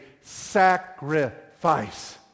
sacrifice